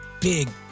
big